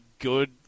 good